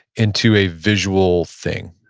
into a visual thing?